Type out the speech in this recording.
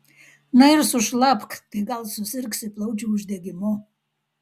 na ir sušlapk tai gal susirgsi plaučių uždegimu